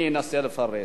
אני אנסה לפרט.